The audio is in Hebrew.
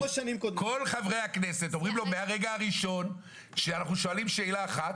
כל חברי הכנסת אומרים לו מהרגע הראשון שאנחנו שואלים שאלה אחת